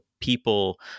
people